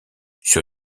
sur